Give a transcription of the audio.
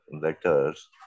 letters